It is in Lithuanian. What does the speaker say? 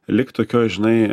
likt tokioj žinai